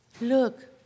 Look